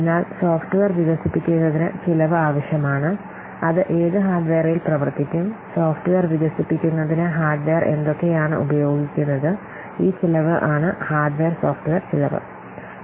അതിനാൽ സോഫ്റ്റ്വെയർ വികസിപ്പിക്കുന്നതിന് ചെലവ് ആവശ്യമാണ് അത് ഏത് ഹാർഡ്വെയറിൽ പ്രവർത്തിക്കും സോഫ്റ്റ്വെയർ വികസിപ്പിക്കുന്നതിന് ഹാർഡ്വെയർ എന്തൊക്കെയാണ് ഉപയോഗിക്കുന്നത് ഈ ചെലവ് ആണ് ഹാർഡ്വെയർ സോഫ്റ്റ്വെയർ ചെലവ് hardware software cost